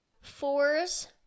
Fours